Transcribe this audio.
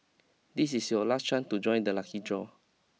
this is your last chance to join the lucky draw